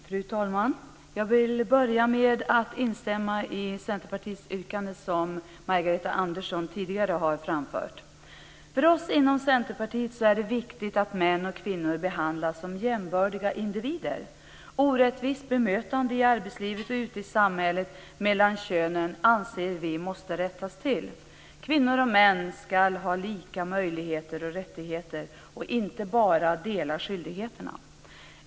Fru talman! Jag vill börja med att instämma i Centerpartiets yrkande, som Margareta Andersson tidigare har framfört. För oss inom Centerpartiet är det viktigt att män och kvinnor behandlas som jämbördiga individer. Orättvist bemötande i arbetslivet och ute i samhället mellan könen anser vi måste rättas till. Kvinnor och män ska ha lika möjligheter och rättigheter och inte bara dela skyldigheterna.